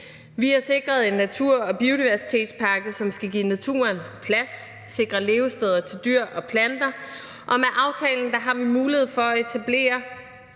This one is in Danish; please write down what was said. Vi har sikret en natur- og biodiversitetspakke, som skal give naturen plads og sikre levesteder til dyr og planter. Og med aftalen har vi mulighed for at etablere